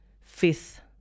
fifth